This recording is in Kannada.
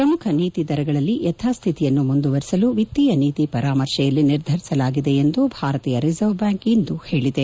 ಪ್ರಮುಖ ನೀತಿ ದರಗಳಲ್ಲಿ ಯಥಾಶ್ಥಿತಿಯನ್ನು ಮುಂದುವರಿಸಲು ವಿಕ್ತೀಯ ನೀತಿ ಪರಾಮರ್ಶೆಯಲ್ಲಿ ನಿರ್ಧರಿಸಲಾಗಿದೆ ಎಂದು ಭಾರತೀಯ ರಿಸರ್ವ್ ಬ್ಯಾಂಕ್ ಇಂದು ಹೇಳಿದೆ